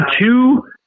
two